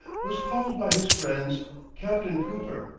was called by his friends captain cooper,